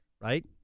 right